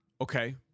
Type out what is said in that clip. okay